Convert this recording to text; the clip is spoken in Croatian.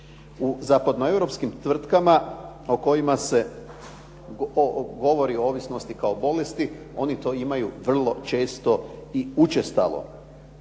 U zapadno-europskim tvrtkama o kojima se govori o ovisnosti kao bolesti oni to imaju vrlo često i učestalo.